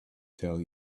tell